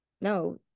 no